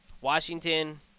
Washington